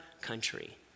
country